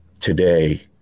today